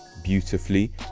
beautifully